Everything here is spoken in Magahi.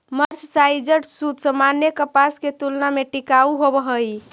मर्सराइज्ड सूत सामान्य कपास के तुलना में टिकाऊ होवऽ हई